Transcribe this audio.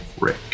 Rick